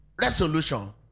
resolution